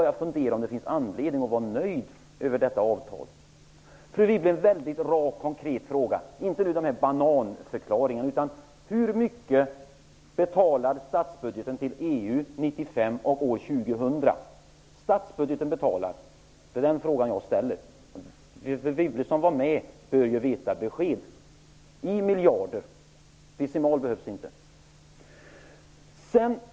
Jag vill, fru Wibble, ställa en väldigt rak och konkret fråga: Hur mycket betalar statsbudgeten till EU år 1995 och år 2000? Fru Wibble som var med i Bryssel bör ju kunna ge besked om antalet miljarder. Decimaler behövs inte.